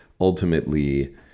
ultimately